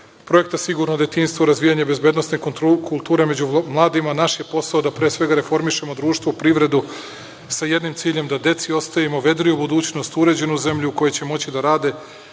Projekta „Sigurno detinjstvo“, razvijanja bezbednosne kulture među mladima, naš je posao da pre svega reformišemo društvo i privredu sa jednim ciljem – da deci ostavimo vedriju budućnost, uređenu zemlju u kojoj će moći da rade